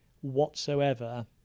whatsoever